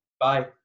Bye